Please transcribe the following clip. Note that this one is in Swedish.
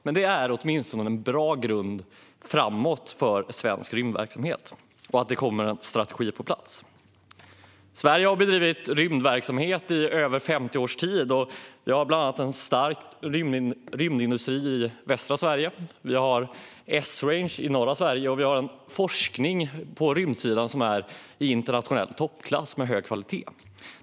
Men det är åtminstone en bra grund för svensk rymdverksamhet framöver att det kommer en strategi på plats. Sverige har bedrivit rymdverksamhet i mer än 50 års tid. Vi har bland annat en stark rymdindustri i västra Sverige och Esrange i norra Sverige, och vår forskning på rymdsidan är i internationell toppklass i fråga om kvalitet.